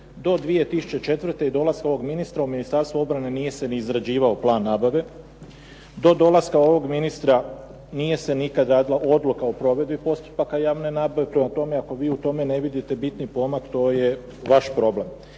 Do 2004. i dolaska ovog ministra u Ministarstvo obrane nije se ni izrađivao plan nabave, do dolaska ovog ministra nije se nikad radila odluka o provedbi postupaka javne nabave, prema tome ako vi u tome ne vidite bitni pomak, to je vaš problem.